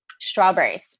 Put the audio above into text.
Strawberries